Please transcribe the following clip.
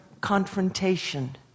confrontation